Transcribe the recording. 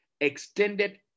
extended